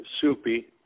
Soupy